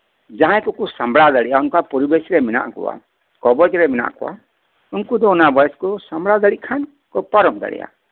ᱡᱟᱦᱟᱸᱭ ᱠᱚᱠᱚ ᱥᱟᱢᱵᱲᱟᱣ ᱫᱟᱲᱮᱭᱟᱜᱼᱟ ᱚᱱᱠᱟ ᱯᱚᱨᱤᱵᱮᱥ ᱨᱮ ᱢᱮᱱᱟᱜ ᱠᱚᱣᱟ ᱠᱚᱵᱚᱡ ᱨᱮ ᱢᱮᱱᱟᱜ ᱠᱚᱣᱟ ᱩᱱᱠᱩ ᱫᱚ ᱚᱱᱟ ᱮᱵᱷᱚᱭᱮᱰ ᱠᱚ ᱥᱟᱢᱵᱲᱟᱣ ᱫᱟᱲᱮᱭᱟᱜ ᱠᱷᱟᱱ ᱯᱟᱨᱚᱢ ᱫᱟᱲᱮᱭᱟᱜᱼᱟ